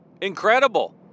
Incredible